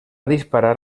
disparar